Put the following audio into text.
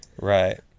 Right